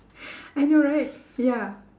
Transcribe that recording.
I know right ya